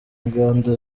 ngando